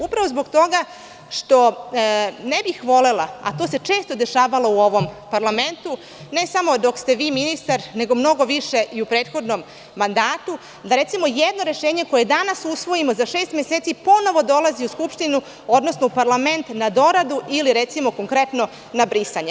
Upravo zbog toga što ne bih volela, a to se često dešavalo u ovom parlamentu, ne samo dok ste vi ministar, nego mnogo više i u prethodnom mandatu, da recimo jedno rešenje koje danas usvojimo za šest meseci ponovo dolazi u Skupštinu, odnosno u parlament na doradu ili na brisanje.